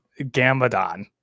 Gamadon